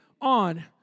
on